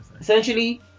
essentially